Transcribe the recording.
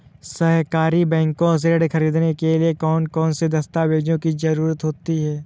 सहकारी बैंक से ऋण ख़रीदने के लिए कौन कौन से दस्तावेजों की ज़रुरत होती है?